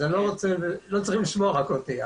לא צריך לשמוע רק אותי.